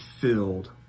filled